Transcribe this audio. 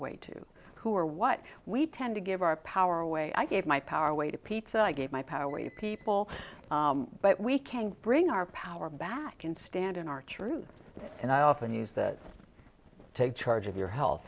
away to who are what we tend to give our power away i gave my power away to peter i gave my power you people but we can bring our power back and stand in our truth and i often use that take charge of your health